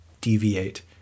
deviate